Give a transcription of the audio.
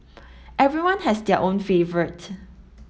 everyone has their own favourite